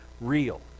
real